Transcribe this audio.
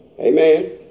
Amen